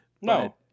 No